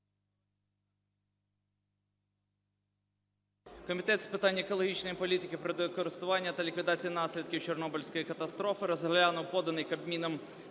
Комітет з питань екологічної політики, природокористування та ліквідації наслідків Чорнобильської катастрофи розглянув поданий Кабміном